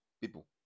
people